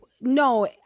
No